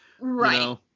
Right